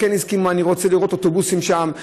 אני רוצה לראות אוטובוסים שם.